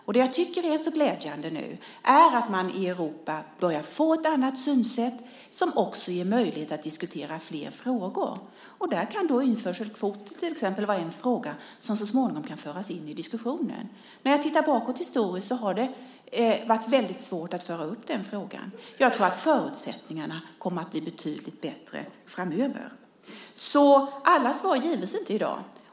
Jag tycker att det nu är så glädjande att man i Europa börjar få ett annat synsätt som också ger möjlighet att diskutera flera frågor. Där kan till exempel frågan om införselkvoter vara en fråga som så småningom kan föras in i diskussionen. När jag tittar bakåt historiskt har det varit väldigt svårt att föra fram den frågan. Jag tror att förutsättningarna kommer att bli betydligt bättre framöver. Alla svar ges inte i dag.